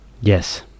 Yes